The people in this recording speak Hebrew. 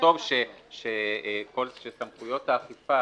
לכתוב שסמכויות האכיפה,